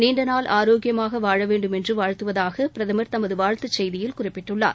நீண்டநாள் ஆரோக்கியமாக வாழ வேண்டும என்று வாழ்த்துவதாக பிரதமர் தமது வாழ்த்துச் செய்தியில் குறிப்பிட்டுள்ளார்